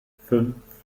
fünf